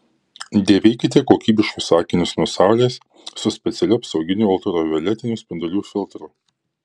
dėvėkite kokybiškus akinius nuo saulės su specialiu apsauginiu ultravioletinių spindulių filtru